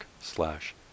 slash